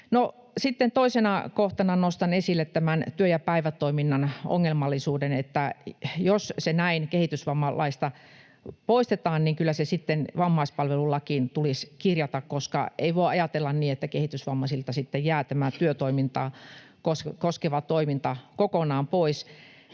Toisena kohtana nostan esille tämän työ- ja päivätoiminnan ongelmallisuuden: jos se näin kehitysvammalaista poistetaan, niin kyllä se sitten vammaispalvelulakiin tulisi kirjata, koska ei voi ajatella, että kehitysvammaisilta sitten jää tämä työtoimintaa koskeva toiminta kokonaan pois.